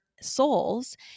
souls